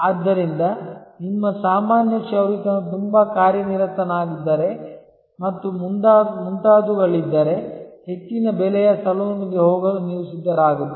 ಆದ್ದರಿಂದ ನಿಮ್ಮ ಸಾಮಾನ್ಯ ಕ್ಷೌರಿಕನು ತುಂಬಾ ಕಾರ್ಯನಿರತವಾಗಿದ್ದರೆ ಮತ್ತು ಮುಂತಾದವುಗಳಿದ್ದರೆ ಹೆಚ್ಚಿನ ಬೆಲೆಯ ಸಲೂನ್ಗೆ ಹೋಗಲು ನೀವು ಸಿದ್ಧರಾಗಿರಬಹುದು